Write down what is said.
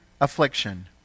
affliction